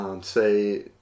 Say